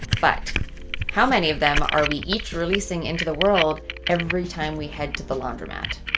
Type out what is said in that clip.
but how many of them are we each releasing into the world every time we head to the laundromat?